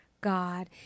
God